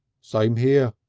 same here,